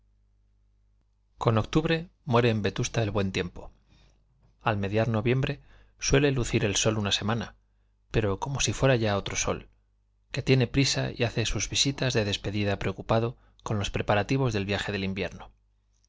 con octubre muere en vetusta el buen tiempo al mediar noviembre suele lucir el sol una semana pero como si fuera ya otro sol que tiene prisa y hace sus visitas de despedida preocupado con los preparativos del viaje del invierno